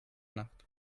nacht